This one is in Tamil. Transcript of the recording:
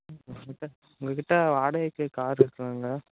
உங்கள் கிட்டே உங்கள் கிட்டே வாடகைக்கு கார் இருக்குதுங்களா